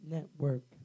Network